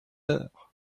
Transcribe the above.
heure